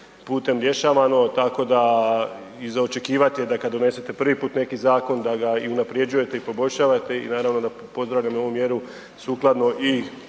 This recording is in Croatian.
putem rješavano, tako da i za očekivat je da kad donesete prvi put neki zakon da ga i unaprjeđujete i poboljšavate i naravno da pozdravljam i ovu mjeru sukladno i